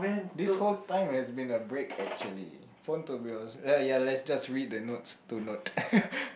this whole time has been a break actually phone to be on ya less just read the notes to note